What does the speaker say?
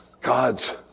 God's